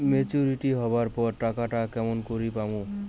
Maturity হবার পর টাকাটা কেমন করি পামু?